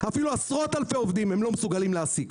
אפילו עשרות-אלפי עובדים הם לא מסוגלים להעסיק.